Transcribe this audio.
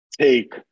take